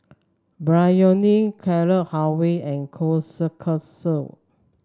Biryani Carrot Halwa and Kushikatsu